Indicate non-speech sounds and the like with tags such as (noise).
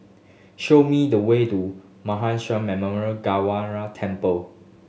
show me the way to Mahan (unintelligible) Memorial Gurdwara Temple